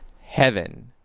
heaven